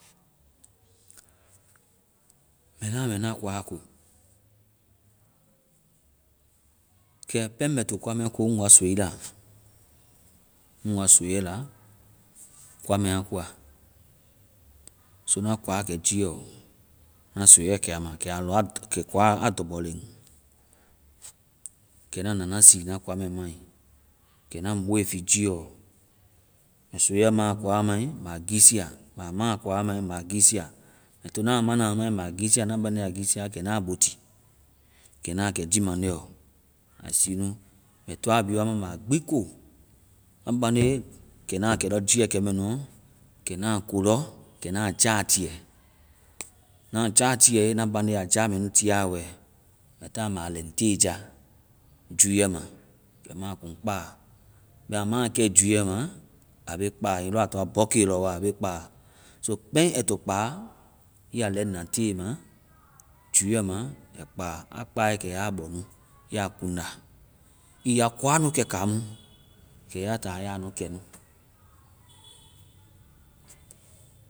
Mɛ na mɛ na kua ko. Kɛ pɛŋ mɛ to wa, ŋ wa soi ya. Ŋ wa soiɛ la kua mɛ a koa. So na kua kɛ jiiɛ. Na soiɛ kɛ aa ma. Kɛ kua-aa dɔgbɔ len. Kɛ na na, na sii na kua mɛ mai. Kɛ na ŋ boe fi jiiɛɔ. Mɛ soiɛ ma a mai, mɛ aa giisia. Mɛ a ma kua mai, mɛ a giisia. Mɛ tona a mana a mai. Na baŋde, kɛ na boti. Kɛ na kɛ jii maŋde ɔ. Mɛ sii nu. Mɛ toa a bi wa mana mɛ a gbi ko. Na baŋde, kɛ na kɛ lɔ jiiɛ kɛmɛnuɔ kɛ na ko lɔ. Kɛ na jatiɛ. Ŋna jatiɛe, na baŋde a ja mɛ nu tiɛ wɛ, mɛ ta mɛ a lɛŋ te ja, juɛ ma. Kɛ mu a kuŋ kpaa. Bɛma maa kɛe juɛ ma, a be kpa. Hiŋi lɔ a bɛ bɔke, lɔ wa, a be kpa. Kɛ pɛŋ ai to kpa, ii ya lɛŋna teema juɛma, ai kpa. A kpae kɛ ya bɔ nu ii ya kuŋda. Ii ya kua nu kɛ kamu, kɛ ya ta ya nu kɛ nu.